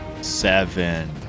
Seven